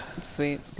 Sweet